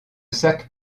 sac